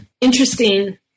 interesting